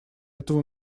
этого